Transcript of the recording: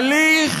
הליך